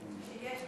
כשיש דיור.